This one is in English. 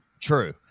True